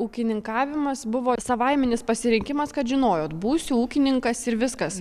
ūkininkavimas buvo savaiminis pasirinkimas kad žinojot būsiu ūkininkas ir viskas